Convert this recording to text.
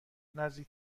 نزدیک